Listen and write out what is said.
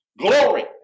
glory